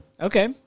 Okay